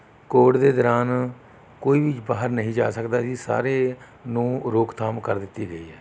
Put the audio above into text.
Covid ਦੇ ਦੌਰਾਨ ਕੋਈ ਵੀ ਬਾਹਰ ਨਹੀਂ ਜਾ ਸਕਦਾ ਜੀ ਸਾਰੇ ਨੂੰ ਰੋਕਥਾਮ ਕਰ ਦਿੱਤੀ ਗਈ ਹੈ